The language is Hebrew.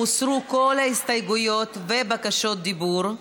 הוסרו כל ההסתייגויות ובקשות הדיבור.